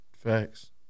Facts